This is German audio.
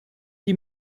die